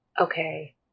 Okay